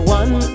one